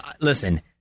listen